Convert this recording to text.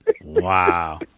Wow